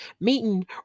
meeting